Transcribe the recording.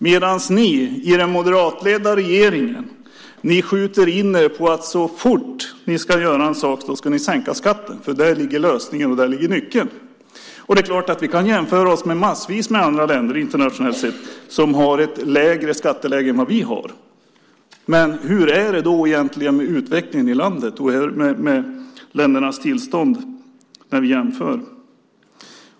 Men så fort ni i den moderatledda regeringen ska göra en sak skjuter ni in er på att sänka skatten, för där ligger lösningen och där finns nyckeln. Det är klart att vi kan jämföra oss med en massa andra länder internationellt sett som har ett lägre skatteläge än vi. Men hur är det då egentligen med utvecklingen i de länderna och med de ländernas tillstånd vid en jämförelse?